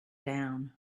down